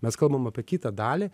mes kalbam apie kitą dalį